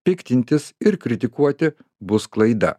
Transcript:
piktintis ir kritikuoti bus klaida